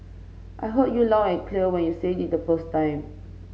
I heard you loud and clear when you said it the first time